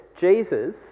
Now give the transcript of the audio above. Jesus